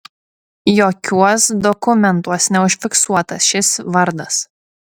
jokiuos dokumentuos neužfiksuotas šis vardas